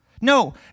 No